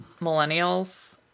millennials